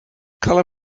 color